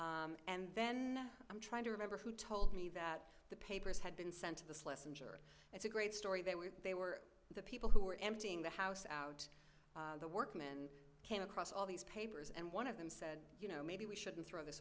and then i'm trying to remember who told me that the papers had been sent to the sless i'm sure it's a great story they were they were the people who were emptying the house out the workman came across all these papers and one of them said you know maybe we shouldn't throw this